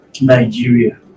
Nigeria